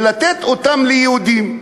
ולתת אותם ליהודים.